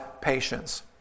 patience